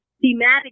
thematic